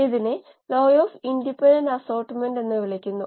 ഇവയെ scale up മാനദണ്ഡം എന്ന് വിളിക്കുന്നു